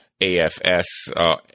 AFS